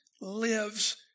lives